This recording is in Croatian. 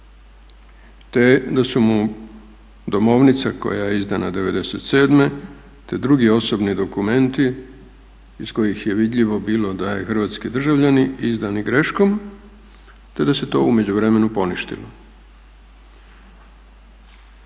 te da su mu domovnica koja je izdana '97., te drugi osobni dokumenti iz kojih je vidljivo bilo da je hrvatski državljanin izdani greškom, te da se to u međuvremenu poništilo,